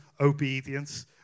obedience